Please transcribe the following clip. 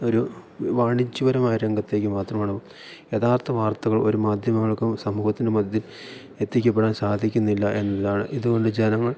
ഒരു വാണിജ്യപരമായ രംഗത്തേക്ക് മാത്രമാണ് യഥാർത്ഥ വാർത്തകൾ ഒരു മാധ്യമങ്ങൾക്കും സമൂഹത്തിന് മധ്യേ എത്തിക്കപ്പെടാൻ സാധിക്കുന്നില്ല എന്നതാണ് ഇതുകൊണ്ട് ജനങ്ങൾ